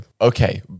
Okay